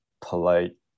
polite